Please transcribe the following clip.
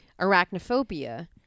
Arachnophobia